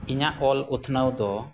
ᱤᱧᱟᱹᱜ ᱚᱞ ᱩᱛᱱᱟᱹᱣ ᱫᱚ